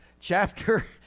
chapter